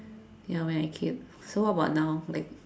ya when I came so what about now like